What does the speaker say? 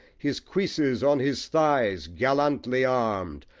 his cuisses on his thighs, gallantly arm'd,